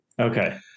Okay